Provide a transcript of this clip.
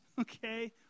Okay